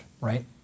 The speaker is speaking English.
right